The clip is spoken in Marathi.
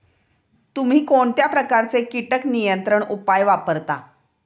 तुम्ही कोणत्या प्रकारचे कीटक नियंत्रण उपाय वापरता?